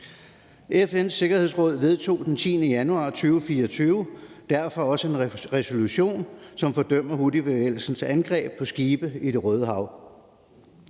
FN's Sikkerhedsråd vedtog den 10. januar 2024 derfor også en resolution, som fordømmer houthibevægelsens angreb på skibe i Det Røde Hav,